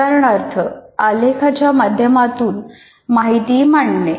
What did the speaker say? उदाहरणार्थ आलेखाच्या माध्यमातून माहिती मांडणे